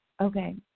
Okay